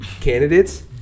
candidates